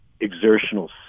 exertional